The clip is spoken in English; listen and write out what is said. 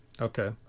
okay